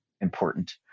important